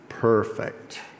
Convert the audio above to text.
Perfect